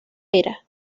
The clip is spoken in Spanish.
era